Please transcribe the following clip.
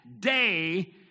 day